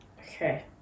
Okay